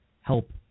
help